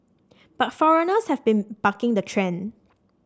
but foreigners have been bucking the trend